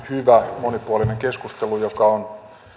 hyvä ja monipuolinen keskustelu joka on